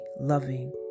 loving